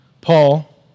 Paul